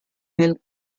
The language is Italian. nel